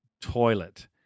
toilet